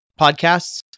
podcasts